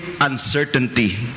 uncertainty